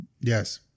Yes